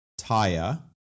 Taya